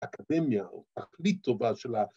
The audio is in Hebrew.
‫אקדמיה או תכלית טובה של ה...